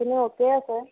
সেইখিনি অ'কেই আছে